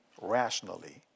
rationally